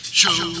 show